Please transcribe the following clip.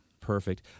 Perfect